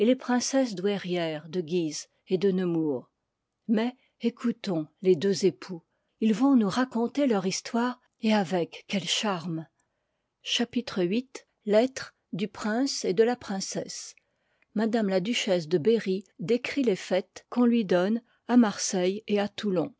les princesses douairières de guise et de nemours mais écoutons les deux époux ils vont nous raconter leur histoire et avec quel charme chapitre viii lettres du prince et de la princesse m la duchesse de berrj décrit les fêtes quon lui donne à marseille et à toulon